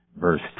Verse